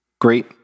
great